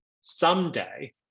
someday